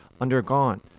undergone